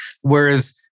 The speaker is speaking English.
Whereas